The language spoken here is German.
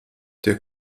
der